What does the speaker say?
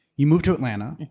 you moved to atlanta.